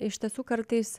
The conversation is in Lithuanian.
iš tiesų kartais